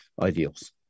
ideals